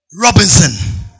Robinson